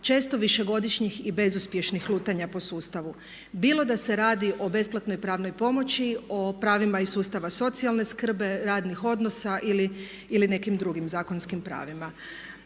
često višegodišnjih i bezuspješnih lutanja po sustavu. Bilo da se radi o besplatnoj pravnoj pomoći, o pravima iz sustava socijalne skrbi, radnih odnosa ili nekim drugim zakonskim pravima.